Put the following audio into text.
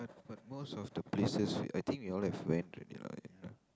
but most of the places I think you all have went already